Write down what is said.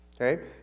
okay